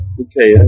okay